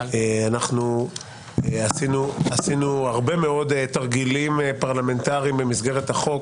עשינו הרבה מאוד תרגילים פרלמנטריים במסגרת החוק,